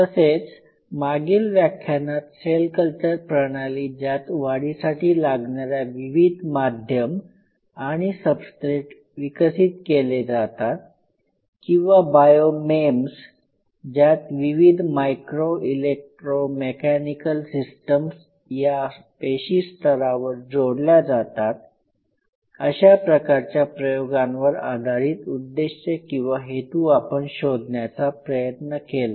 तसेच मागील व्याख्यानात सेल कल्चर प्रणाली ज्यात वाढीसाठी लागणाऱ्या विविध माध्यम आणि सबस्ट्रेट विकसित केले जातात किंवा बायोमेम्स ज्यात विविध मायक्रो इलेक्ट्रोमेकॅनिकल सिस्टम्स् या पेशी स्तरावर जोडल्या जातात अशा प्रकारच्या प्रयोगांवर आधारित उद्देश किंवा हेतू आपण शोधण्याचा प्रयत्न केला